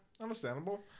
understandable